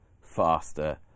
faster